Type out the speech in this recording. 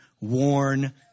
worn